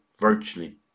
virtually